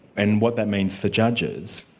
and what that means for judges.